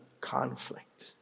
conflict